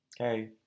okay